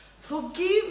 Forgive